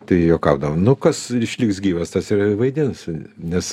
tai juokaudavom nu kas išliks gyvas tas vaidins nes